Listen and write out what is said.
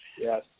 Yes